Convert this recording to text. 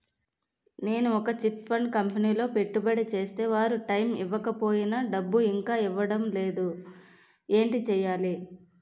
నేను ఒక chit fund కంపెనీలో పెట్టుబడి చేస్తే వారు టైమ్ ఇవ్వకపోయినా డబ్బు ఇంకా ఇవ్వడం లేదు ఏంటి చేయాలి?